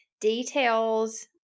details